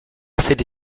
sede